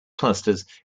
clusters